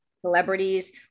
celebrities